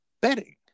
betting